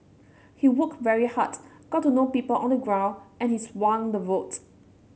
he worked very hard got to know people on the ground and he swung the vote